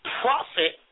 profit